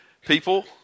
people